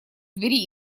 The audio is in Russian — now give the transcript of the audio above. двери